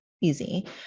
easy